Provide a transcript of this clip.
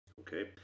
Okay